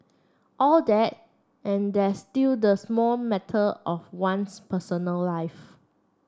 all that and there's still the small matter of one's personal life